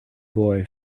boy